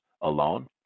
alone